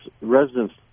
residents